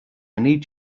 need